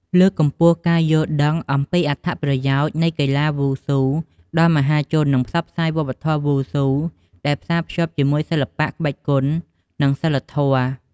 លើកកម្ពស់ការយល់ដឹងអំពីអត្ថប្រយោជន៍នៃកីឡាវ៉ូស៊ូដល់មហាជននឹងផ្សព្វផ្សាយវប្បធម៌វ៉ូស៊ូដែលផ្សារភ្ជាប់ជាមួយសិល្បៈក្បាច់គុន និងសីលធម៌។